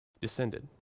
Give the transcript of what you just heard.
descended